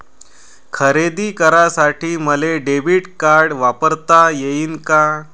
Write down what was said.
खरेदी करासाठी मले डेबिट कार्ड वापरता येईन का?